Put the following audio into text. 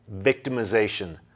victimization